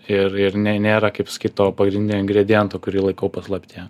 ir ir nei nėra kaip sakyt to pagrindinio ingrediento kurį laikau paslaptyje